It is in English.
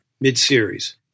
mid-series